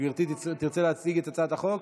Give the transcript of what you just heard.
גברתי תרצה להציג את הצעת החוק?